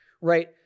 right